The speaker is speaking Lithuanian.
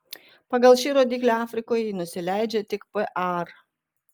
pagal šį rodiklį afrikoje ji nusileidžia tik par